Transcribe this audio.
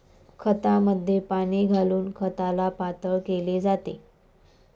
खतामध्ये पाणी घालून खताला पातळ केले जाते